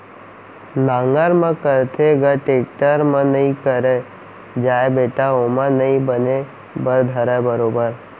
नांगर म करथे ग, टेक्टर म नइ करे जाय बेटा ओमा नइ बने बर धरय बरोबर